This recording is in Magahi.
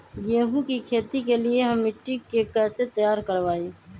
गेंहू की खेती के लिए हम मिट्टी के कैसे तैयार करवाई?